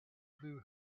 blew